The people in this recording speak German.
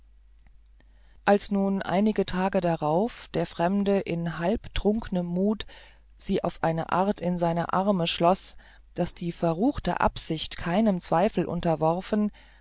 als nun einige tage darauf der fremde in halbtrunknem mut sie auf eine art in seine arme schloß daß die verruchte absicht keinem zweifel unterworfen